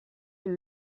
une